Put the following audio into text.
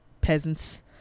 peasants